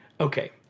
Okay